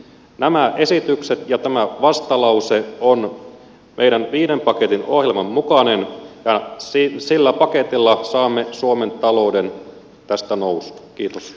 nämä esitykset ja tämä vastalause ovat meidän viiden paketin ohjelman mukaisia ja sillä paketilla saamme suomen talouden tästä nousuun